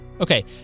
Okay